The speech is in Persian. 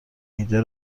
ایده